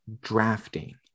drafting